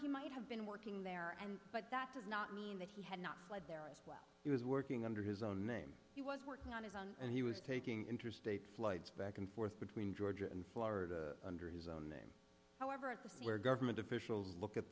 he might have been working there and but that does not mean that he had not fled there well he was working under his own name he was working on his own and he was taking interstate flights back and forth between georgia and florida under his own name however at the scene where government officials look at